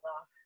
off